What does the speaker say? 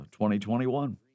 2021